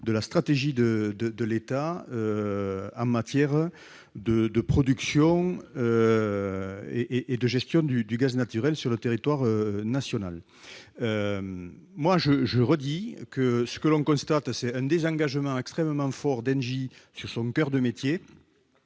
la stratégie de l'État en matière de production et de gestion du gaz naturel sur le territoire national. Je le redis, on constate un désengagement extrêmement fort d'Engie sur son coeur de métier